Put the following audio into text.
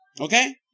Okay